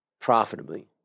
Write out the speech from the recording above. profitably